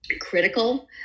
critical